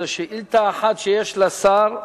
זו שאילתא אחת שיש לשר,